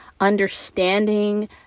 understanding